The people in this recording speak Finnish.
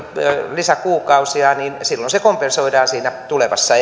lisäkuukausia niin silloin se kompensoidaan siinä tulevassa